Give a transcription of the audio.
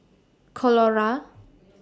Colora